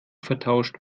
vertauscht